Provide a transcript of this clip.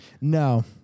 no